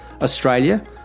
Australia